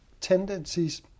tendencies